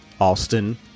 Austin